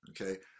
Okay